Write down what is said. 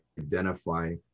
identify